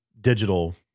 digital